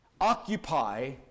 Occupy